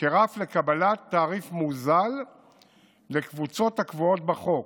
כרף לקבלת תעריף מוזל לקבוצות הקבועות בחוק.